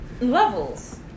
levels